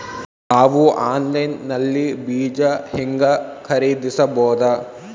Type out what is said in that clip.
ನಾವು ಆನ್ಲೈನ್ ನಲ್ಲಿ ಬೀಜ ಹೆಂಗ ಖರೀದಿಸಬೋದ?